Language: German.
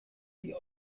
die